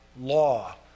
law